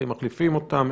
אתם מחליפים אותן?